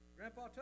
Grandpa